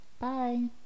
Bye